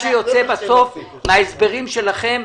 מה שיוצא בסוף מההסברים שלכם,